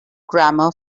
grammar